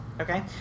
okay